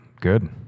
Good